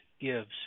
gives